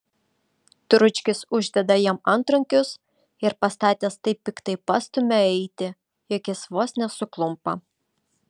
dručkis uždeda jam antrankius ir pastatęs taip piktai pastumia eiti jog jis vos nesuklumpa